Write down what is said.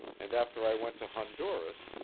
and after i went to honduras,